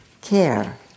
care